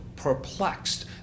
perplexed